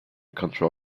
control